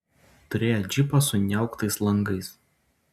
turėjo džipą su niauktais langais